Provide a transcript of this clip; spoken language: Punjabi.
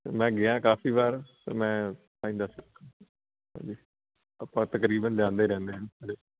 ਅਤੇ ਮੈਂ ਗਿਆ ਕਾਫੀ ਵਾਰ ਅਤੇ ਮੈਂ ਤਾਂ ਹੀ ਦੱਸ ਹਾਂ ਜੀ ਆਪਾਂ ਤਕਰੀਬਨ ਜਾਂਦੇ ਰਹਿੰਦੇ ਹਾਂ